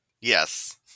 Yes